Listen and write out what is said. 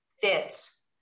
fits